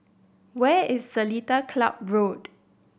where is Seletar Club Road